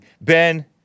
Ben